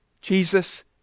Jesus